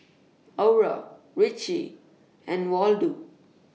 Aura Richie and Waldo